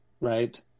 right